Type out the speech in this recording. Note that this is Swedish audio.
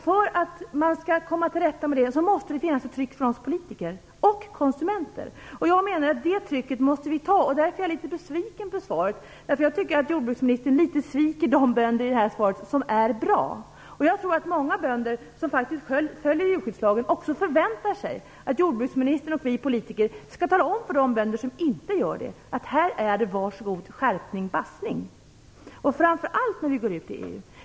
För att man skall komma till rätta med den måste det finnas ett tryck från oss politiker och konsumenter. Jag menar att vi måste utöva det trycket. Därför är jag litet besviken över svaret. Jag tycker nämligen att jordbruksministern i det här svaret sviker de bönder som är bra. Jag tror att många bönder som faktiskt följer djurskyddslagen förväntar sig att jordbruksministern och vi politiker skall tala om för de bönder som inte gör det att det är dags för skärpning; annars blir det bassning. Det gäller framför allt när vi går ut i EU.